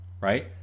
right